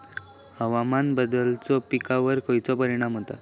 हवामान बदलाचो पिकावर खयचो परिणाम होता?